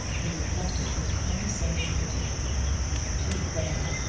he reflected, with condescending pity too bad!